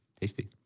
tasty